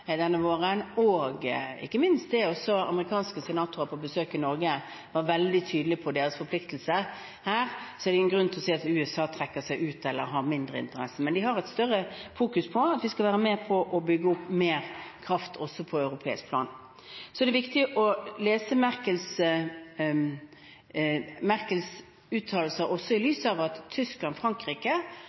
denne våren – og ikke minst det at amerikanske senatorer på besøk i Norge var veldig tydelige på sine forpliktelser – er det ingen grunn til å si at USA trekker seg ut eller har mindre interesse. Men de fokuserer mer på at vi skal være med på å bygge opp mer kraft også på europeisk plan. Det er viktig å lese Merkels uttalelser også i lys av at Tyskland og Frankrike